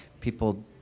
people